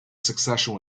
succession